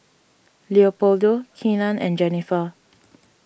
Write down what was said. Leopoldo Keenan and Jennifer